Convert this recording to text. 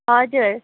हजुर